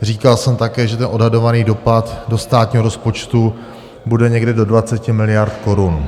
Říkal jsem také, že ten odhadovaný dopad do státního rozpočtu bude někde do 20 miliard korun.